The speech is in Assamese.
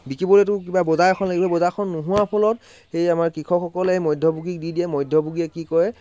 বিকিবলৈতো কিবা বজাৰ এখন লাগিব বজাৰখন নোহোৱাৰ ফলত এই আমাৰ কৃষকসকলে মধ্যভোগীক দি দিয়ে মধ্যভোগীয়ে কি কৰে